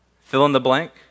fill-in-the-blank